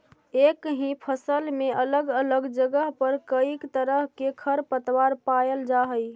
एक ही फसल में अलग अलग जगह पर कईक तरह के खरपतवार पायल जा हई